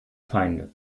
feinde